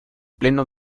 pleno